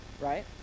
right